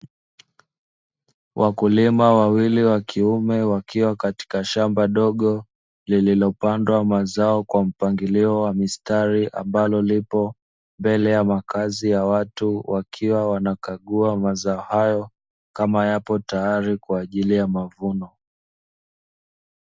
Wakulima wawili wa kiume, wakiwa katika shamba dogo lililopandwa mazao kwa mpangilio wa mistari, ambalo lipo mbele ya makazi ya watu, wakiwa wanakagua mazao hayo, kama yapo tayari kwa ajili ya mavuno.